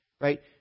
Right